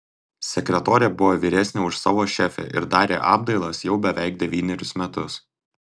sekretorė buvo vyresnė už savo šefę ir darė apdailas jau beveik devynerius metus